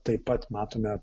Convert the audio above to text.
taip pat matome